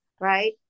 right